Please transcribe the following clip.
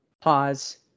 pause